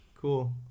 Cool